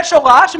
יש הוראה.